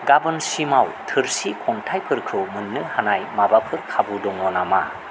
गाबोनसिमाव थोरसि खान्थायफोरखौ मोन्नो हानाय माबाफोर खाबु दङ नामा